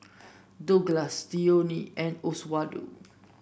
Douglass Dionne and Oswaldo